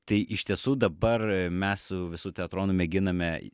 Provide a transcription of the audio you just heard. tai iš tiesų dabar mes su visu teatru mėginame